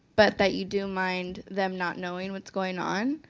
but that you do mind them not knowing what's going on.